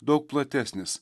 daug platesnis